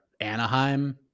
anaheim